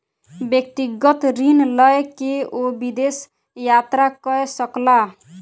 व्यक्तिगत ऋण लय के ओ विदेश यात्रा कय सकला